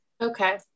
okay